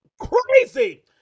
crazy